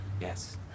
Yes